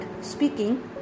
speaking